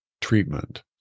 treatment